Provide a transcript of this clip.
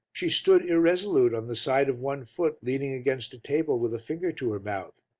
she stood irresolute on the side of one foot leaning against a table with a finger to her mouth,